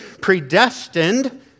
predestined